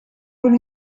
con